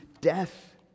death